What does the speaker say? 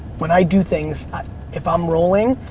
when i do things, if i'm rolling,